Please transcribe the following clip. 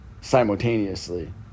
simultaneously